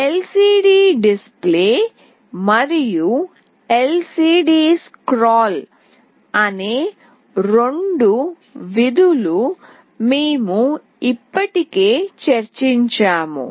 LCDdisplay మరియు LCDscroll అనే రెండు విధులు మేము ఇప్పటికే చర్చించాము